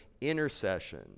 intercession